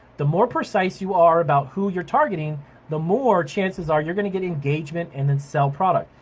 the more precise you are about who you're targeting the more chances are you're gonna get engagement and then sell product.